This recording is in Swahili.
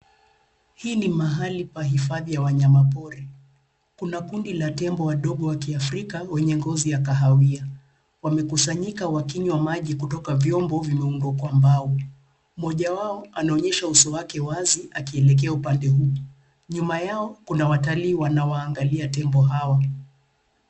Hii ni mahali pa kuhifadhia wanyamapori. Kuna kundi la tembo wadogo wa Kiafrika kwenye udongo wa kahawia. Wamekusanyika wakinywa maji kutoka birika lililozungushiwa mbao. Mmoja wao anaonyesha uso wake wazi akielekea upande huu. Nyuma yao kuna watalii wanaowaangalia tembo hawa.